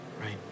right